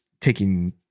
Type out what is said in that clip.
taking